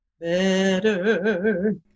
better